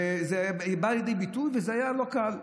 זה בא לידי ביטוי וזה היה לא קל.